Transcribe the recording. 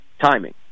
timing